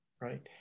Right